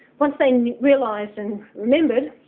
once they realised and remembered